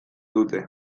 dute